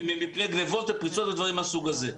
מפני גניבות ופריצות ודברים מהסוג הזה.